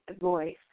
voice